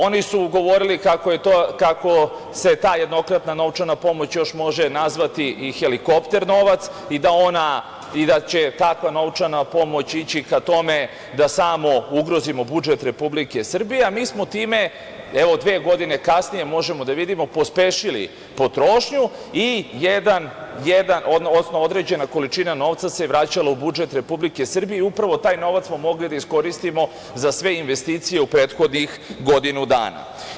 Oni su govorili kako se ta jednokratna novčana pomoć još može nazvati i „helikopter novac“ i da će takva novčana pomoć ići ka tome da smo ugrozimo budžet Republike Srbije, a mi smo time, evo dve godine kasnije možemo da vidimo, pospešili potrošnju i određena količina novca se vraćala u budžet Republike Srbije i upravo taj novac smo mogli da iskoristimo za sve investicije u prethodnih godinu dana.